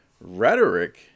rhetoric